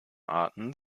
arten